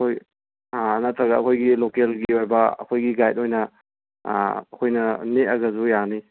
ꯍꯣꯏ ꯅꯇ꯭ꯔꯒ ꯑꯩꯈꯣꯏꯒꯤ ꯂꯣꯀꯦꯜꯒꯤ ꯑꯣꯏꯕ ꯑꯩꯈꯣꯏꯒꯤ ꯒꯥꯏꯠ ꯑꯣꯏꯅ ꯑꯩꯈꯣꯏꯅ ꯅꯦꯛꯑꯒꯁꯨ ꯌꯥꯅꯤ